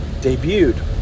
debuted